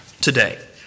today